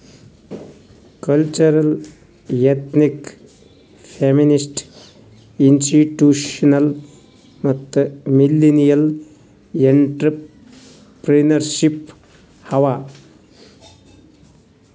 cultural, ethnic, feminist, institutional ಮತ್ತ millennial entrepreneurship ಅವಾ